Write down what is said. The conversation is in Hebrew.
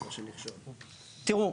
תראו,